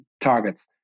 targets